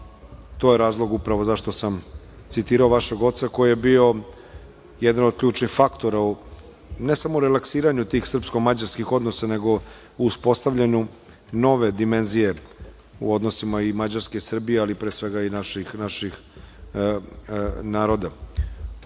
To je razlog upravo zašto sam citirao vašeg oca koji je bio jedan od ključnih faktora ne samo u relaksiranju tih srpsko-mađarskih odnosa, nego u uspostavljanju nove dimenzije u odnosnima i mađarske i Srbije, ali pre svega i naših naroda. Što